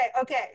okay